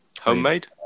homemade